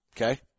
Okay